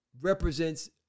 represents